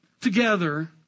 together